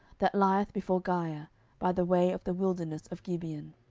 that lieth before giah by the way of the wilderness of gibeon.